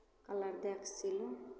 collar दए कऽ सीलहुँ